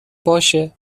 باشه